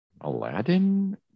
Aladdin